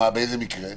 באיזה מקרה?